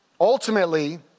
Ultimately